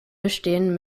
bestehen